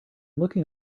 looking